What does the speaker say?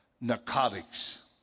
narcotics